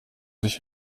sich